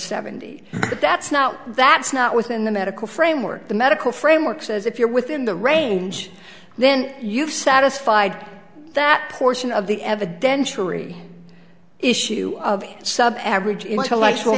seventy but that's not that's not within the medical framework the medical framework says if you're within the range then you've satisfied that portion of the evidentiary issue of sub average intellectual